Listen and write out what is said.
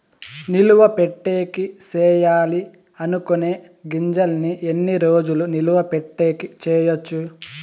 నిలువ పెట్టేకి సేయాలి అనుకునే గింజల్ని ఎన్ని రోజులు నిలువ పెట్టేకి చేయొచ్చు